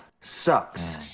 sucks